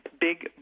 Big